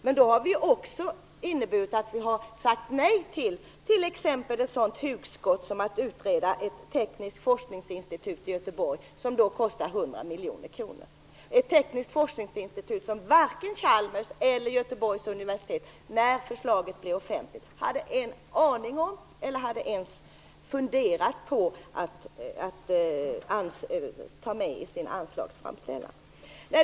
Det har då också inneburit att vi sagt nej till ett sådant hugskott som att utreda ett tekniskt forskningsinstitut i Göteborg, vilket skulle kosta 100 miljoner kronor, ett institut som varken Chalmers eller Göteborgs universitet när förslaget offentliggjordes hade en aning om eller ens hade funderat på att ta med i sin anslagsframställan.